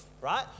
right